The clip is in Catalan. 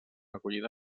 acollida